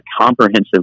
comprehensive